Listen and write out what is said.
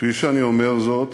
כפי שאני אומר זאת